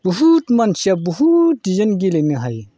बहुत मानसिया बहुत डिजाइन गेलेनो हायो